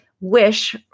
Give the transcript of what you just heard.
wish